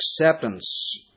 acceptance